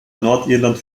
nordirland